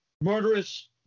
murderous